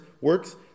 works